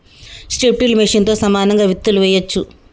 strip till మెషిన్తో సమానంగా విత్తులు వేయొచ్చు